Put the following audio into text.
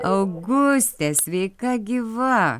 augustė sveika gyva